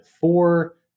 four